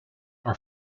are